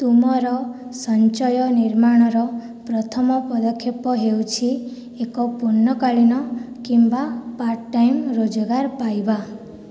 ତୁମର ସଞ୍ଚୟ ନିର୍ମାଣର ପ୍ରଥମ ପଦକ୍ଷେପ ହେଉଛି ଏକ ପୂର୍ଣ୍ଣକାଳୀନ କିମ୍ବା ପାର୍ଟ ଟାଇମ୍ ରୋଜଗାର ପାଇବା